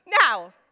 Now